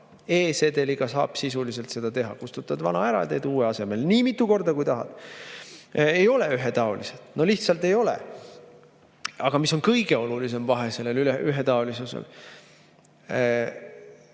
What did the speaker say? E-sedeliga saab sisuliselt seda teha: kustutad vana ära ja teed uue asemele. Nii mitu korda, kui tahad. Ei ole ühetaolised. No lihtsalt ei ole! Aga mis on kõige olulisem vahe ühetaolisuse